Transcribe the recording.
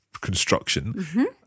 construction